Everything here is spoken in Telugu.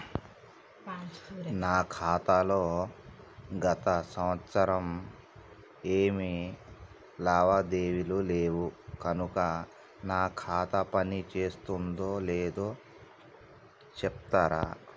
నా ఖాతా లో గత సంవత్సరం ఏమి లావాదేవీలు లేవు కనుక నా ఖాతా పని చేస్తుందో లేదో చెప్తరా?